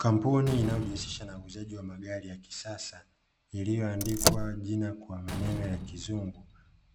Kamopuni inayojihusisha na uuzaji wa magari ya kisasa, iliyoandikwa jina kwa maneno ya kizungu,